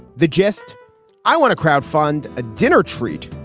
the gist i want to crowdfund a dinner treat.